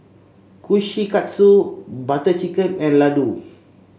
Kushikatsu Butter Chicken and Ladoo